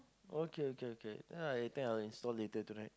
okay okay okay then I think I will install later tonight